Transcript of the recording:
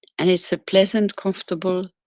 and it's a pleasant, comfortable